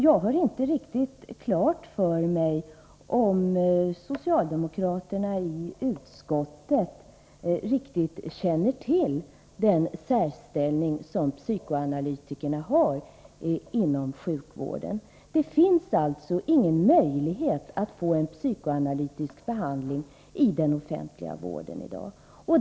Jag har inte riktigt klart för mig om socialdemokraterna i utskottet känner till den särställning som psykoanalytikerna har inom sjukvården. Det finns alltså ingen möjlighet att få en psykoanalytisk behandling i den offentliga vården i dag.